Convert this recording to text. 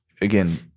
again